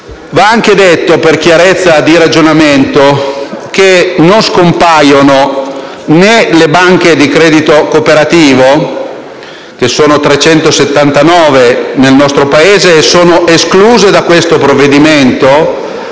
Va anche detto, per chiarezza di ragionamento, che non scompaiono le banche di credito cooperativo, che sono 379 nel nostro Paese e sono escluse da questo provvedimento,